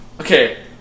okay